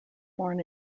born